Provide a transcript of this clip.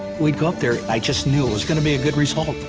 we'd go up there i just knew it was going to be a good result.